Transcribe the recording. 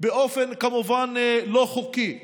באופן לא חוקי כמובן.